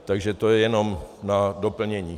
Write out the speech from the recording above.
Takže to je jenom na doplnění.